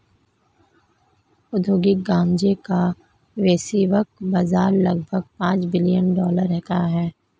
औद्योगिक गांजे का वैश्विक बाजार लगभग पांच बिलियन डॉलर का है